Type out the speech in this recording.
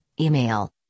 email